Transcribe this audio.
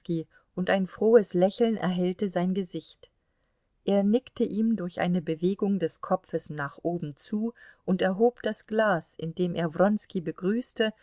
und ein frohes lächeln erhellte sein gesicht er nickte ihm durch eine bewegung des kopfes nach oben zu und erhob das glas indem er wronski begrüßte